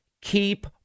keep